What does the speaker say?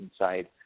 inside